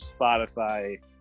Spotify